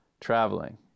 traveling